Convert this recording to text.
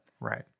right